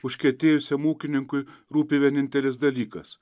užkietėjusiam ūkininkui rūpi vienintelis dalykas